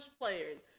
players